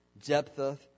Jephthah